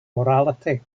morality